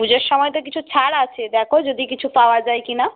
পুজোর সময় তো কিছু ছাড় আছে দেখো যদি কিছু পাওয়া যায় কি না